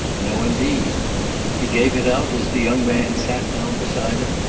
no indeed he gave it out, as the young man sat down beside him,